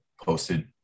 Posted